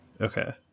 Okay